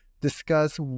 discuss